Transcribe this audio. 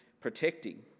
protecting